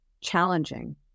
challenging